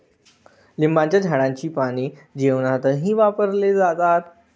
लिंबाच्या झाडाची पाने जेवणातही वापरले जातात